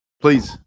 please